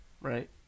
Right